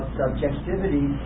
subjectivity